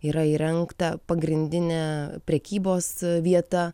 yra įrengta pagrindinė prekybos vieta